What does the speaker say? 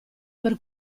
per